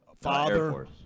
Father